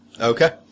Okay